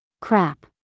Crap